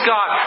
God